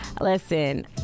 Listen